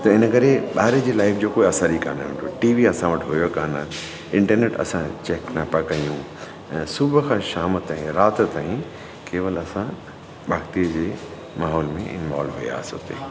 त इन करे ॿाहिरि जी लाइफ़ जो को असर ई कान हुयो टी वी असां वटि हुयो कान इंटरनेट असां चेक न पिया कयूं ऐं सुबुह खां शाम ताईं राति ताईं केवल असां भॻितीअ जे माहौल में इंवॉल्व हुयासीं उते